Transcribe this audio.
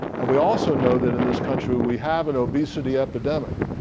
and we also know that, in this country, we have an obesity epidemic.